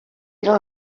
era